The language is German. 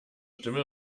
stimme